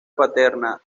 paterna